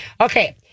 Okay